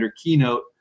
keynote